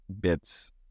bits